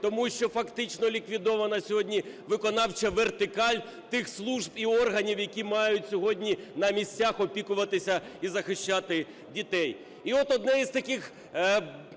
тому що фактично ліквідована сьогодні виконавча вертикаль тих служб і органів, які мають сьогодні на місцях опікуватися і захищати дітей.